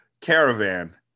caravan